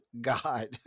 God